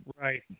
Right